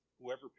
whoever